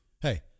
Hey